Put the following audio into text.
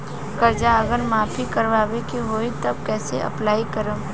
कर्जा अगर माफी करवावे के होई तब कैसे अप्लाई करम?